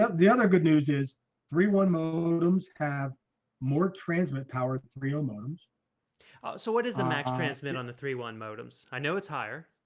ah the other good news is three one modems have more transmit power three alarms so what is the max transmitted on the three one modems? i know it's higher